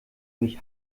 mich